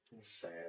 Sad